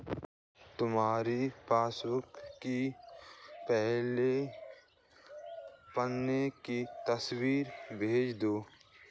तुम्हारी पासबुक की पहले पन्ने की तस्वीर भेज दो